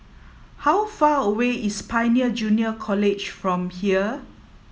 how far away is Pioneer Junior College from here